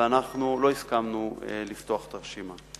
ואנחנו לא הסכמנו לפתוח את הרשימה,